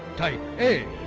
type a.